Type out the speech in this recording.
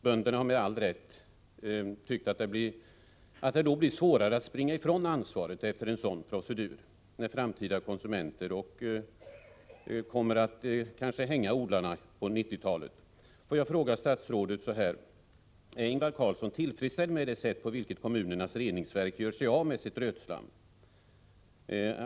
Bönderna har med all rätt tyckt att det blir svårare att springa ifrån ansvaret efter en sådan procedur, när framtida konsumenter kanske kommer för att hänga odlarna på 1990-talet. Låt mig fråga statsrådet Carlsson så här: Är Ingvar Carlsson tillfredsställd med det sätt på vilket kommunernas reningsverk gör sig av med sitt rötslam?